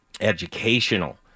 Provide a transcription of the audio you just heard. educational